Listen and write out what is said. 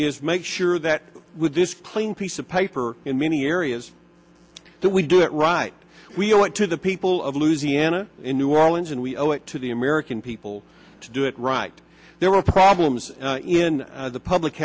is make sure that with this clean piece of paper in many area is that we do it right we owe it to the people of louisiana in new orleans and we owe it to the american people to do it right there were problems in the public